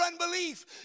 unbelief